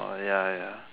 orh ya ya